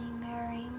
Mary